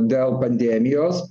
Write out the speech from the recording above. dėl pandemijos